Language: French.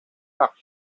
par